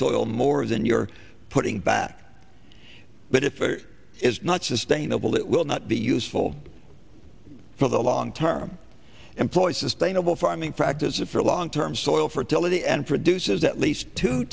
soil more than you're putting back but if it is not sustainable it will not be useful for the long term employ sustainable farming practices for long term soil fertility and produces at least two